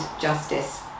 justice